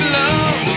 love